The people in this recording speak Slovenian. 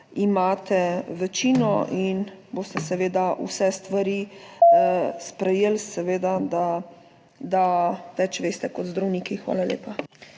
imate večino in boste seveda vse stvari sprejeli, seveda, da več veste kot zdravniki. Hvala lepa.